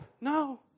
No